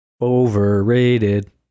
Overrated